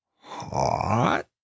hot